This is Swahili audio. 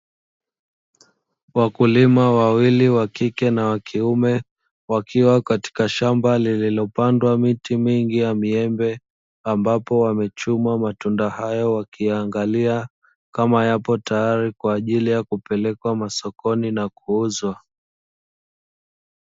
Wakulima wawili wa kike na wa kiume wakiwa katika shamba lililopandwa miti mingi ya miembe, ambapo wamechuma matunda hayo wakiyaangalia kama yapo tayari kwa ajili ya kupelekwa masokoni na kuuzwa.